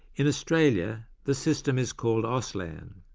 in australia the system is called auslan.